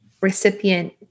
recipient